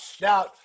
now